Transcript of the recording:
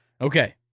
Okay